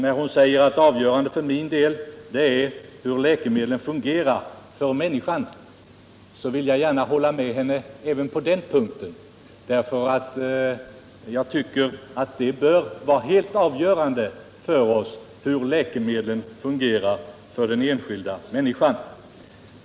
När hon säger att avgörande för min del är hur läkemedlen fungerar för människan, vill jag gärna hålla med henne även på den punkten. För oss bör det vara helt avgörande hur läkemedlen fungerar för den enskilda människan.